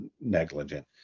negligent